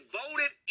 voted